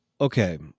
okay